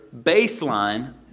baseline